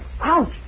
Ouch